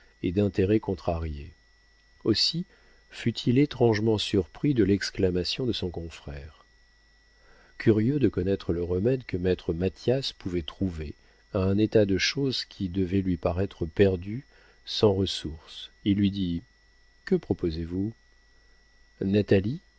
et d'intérêts contrariés aussi fut-il étrangement surpris de l'exclamation de son confrère curieux de connaître le remède que maître mathias pouvait trouver à un état de choses qui devait lui paraître perdu sans ressources il lui dit que proposez